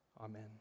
Amen